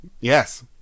Yes